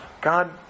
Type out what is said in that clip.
God